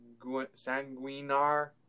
sanguinar